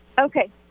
Okay